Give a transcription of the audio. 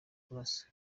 kurasa